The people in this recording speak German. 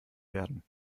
werden